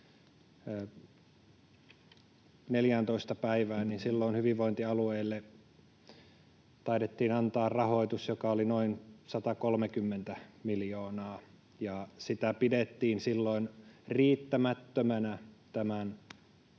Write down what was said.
14 päivään, hyvinvointialueille taidettiin antaa rahoitus, joka oli noin 130 miljoonaa, ja sitä pidettiin silloin riittämättömänä tämän